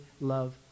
love